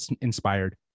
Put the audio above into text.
inspired